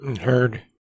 Heard